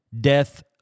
Death